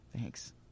Thanks